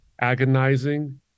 agonizing